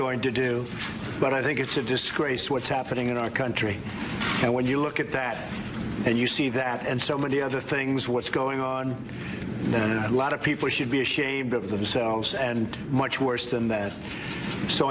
going to do but i think it's a disgrace what's happening in our country now when you look at that and you see that and so many other things what's going on in a lot of people should be ashamed of themselves and much worse than that so